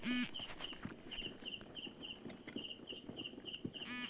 savings account খোলার জন্য KYC এর প্রমাণ হিসেবে আধার এবং প্যান কার্ড লাগবে